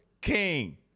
king